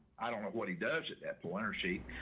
i don't know what he does at that blender sheet,